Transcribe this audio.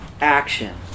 action